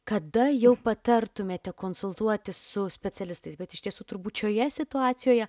kada jau patartumėte konsultuotis su specialistais bet iš tiesų turbūt šioje situacijoje